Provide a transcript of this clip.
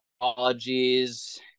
apologies